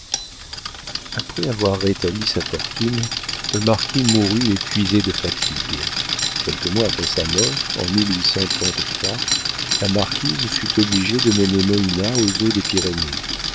après avoir rétabli sa fortune le marquis mourut épuisé de fatigue quelques mois après sa mort en la marquise fut obligée de mener moïna aux eaux des pyrénées